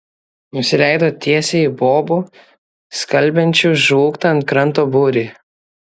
nusileido tiesiai į bobų skalbiančių žlugtą ant kranto būrį